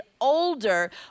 older